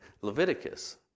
Leviticus